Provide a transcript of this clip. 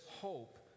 hope